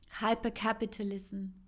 Hypercapitalism